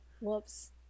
Whoops